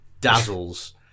Dazzles